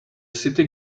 city